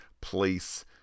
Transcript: place